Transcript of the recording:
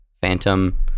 phantom